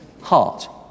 heart